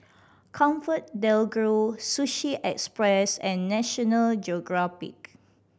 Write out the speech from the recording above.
ComfortDelGro Sushi Express and National Geographic